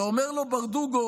ואומר לו ברדוגו: